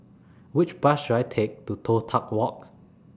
Which Bus should I Take to Toh Tuck Walk